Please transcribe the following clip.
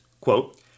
quote